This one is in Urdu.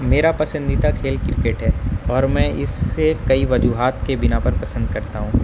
میرا پسندیدہ کھیل کرکٹ ہے اور میں اس سے کئی وجوہات کے بنا پر پسند کرتا ہوں